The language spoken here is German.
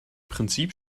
prinzip